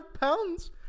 pounds